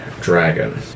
dragon